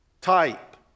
type